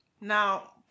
Now